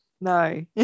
No